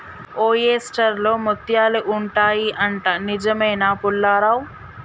oyster లో ముత్యాలు ఉంటాయి అంట, నిజమేనా పుల్లారావ్